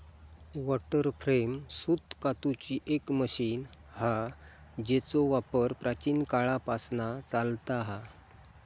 water frame सूत कातूची एक मशीन हा जेचो वापर प्राचीन काळापासना चालता हा